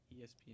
ESPN